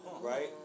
right